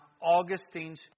Augustine's